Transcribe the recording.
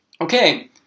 Okay